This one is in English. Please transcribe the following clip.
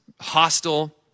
hostile